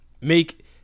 make